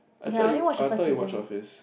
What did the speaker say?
I thought you I thought it was Shaffiz